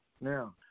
Now